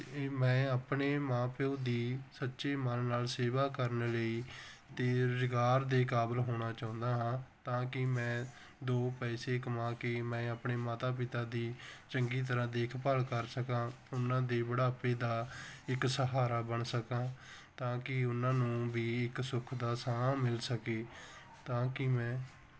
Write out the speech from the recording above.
ਮੈਂ ਆਪਣੇ ਮਾਂ ਪਿਓ ਦੀ ਸੱਚੇ ਮਨ ਨਾਲ ਸੇਵਾ ਕਰਨ ਲਈ ਅਤੇ ਰੁਜ਼ਗਾਰ ਦੇ ਕਾਬਲ ਹੋਣਾ ਚਾਹੁੰਦਾ ਹਾਂ ਤਾਂ ਕਿ ਮੈਂ ਦੋ ਪੈਸੇ ਕਮਾ ਕੇ ਮੈਂ ਆਪਣੇ ਮਾਤਾ ਪਿਤਾ ਦੀ ਚੰਗੀ ਤਰ੍ਹਾਂ ਦੇਖਭਾਲ ਕਰ ਸਕਾਂ ਉਹਨਾਂ ਦੇ ਬੁਢਾਪੇ ਦਾ ਇੱਕ ਸਹਾਰਾ ਬਣ ਸਕਾਂ ਤਾਂ ਕਿ ਉਹਨਾਂ ਨੂੰ ਵੀ ਇੱਕ ਸੁੱਖ ਦਾ ਸਾਹ ਮਿਲ ਸਕੇ ਤਾਂ ਕਿ ਮੈਂ